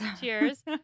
Cheers